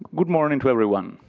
good morning to everyone.